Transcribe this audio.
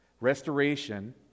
Restoration